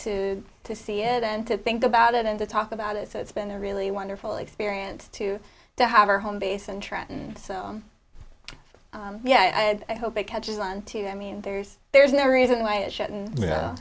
out to see it and to think about it and to talk about it so it's been a really wonderful experience to to have our home base in trenton so yeah i hope it catches on to i mean there's there's no reason why it shouldn't